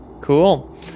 Cool